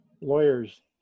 lawyers